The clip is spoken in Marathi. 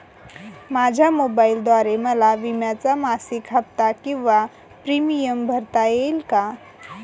माझ्या मोबाईलद्वारे मला विम्याचा मासिक हफ्ता किंवा प्रीमियम भरता येईल का?